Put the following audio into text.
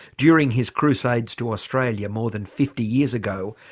during his crusades to australia more than fifty years ago,